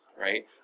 Right